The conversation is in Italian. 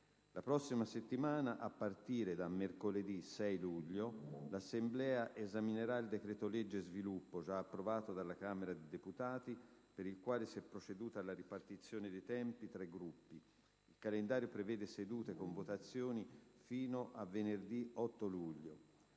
La prossima settimana, a partire da mercoledì 6 luglio, l'Assemblea esaminerà il decreto-legge "Sviluppo", già approvato dalla Camera dei deputati, per il quale si è proceduto alla ripartizione dei tempi tra i Gruppi. Il calendario prevede sedute con votazioni fino a venerdì 8 luglio.